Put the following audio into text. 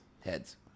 Heads